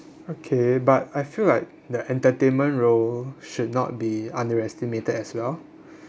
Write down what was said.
okay but I feel like the entertainment role should not be underestimated as well